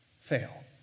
fail